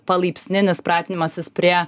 palaipsninis pratinimasis prie